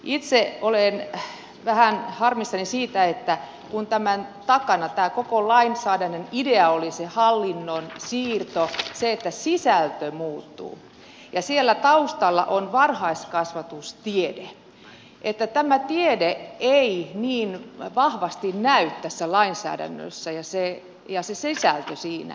itse olen vähän harmissani siitä että kun tämän takana tämän koko lainsäädännön idea oli se hallinnon siirto se että sisältö muuttuu ja siellä taustalla on varhaiskasvatustiede niin tämä tiede ei niin vahvasti näy tässä lainsäädännössä ja se sisältö siinä